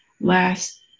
last